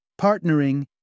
Partnering